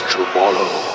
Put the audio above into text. Tomorrow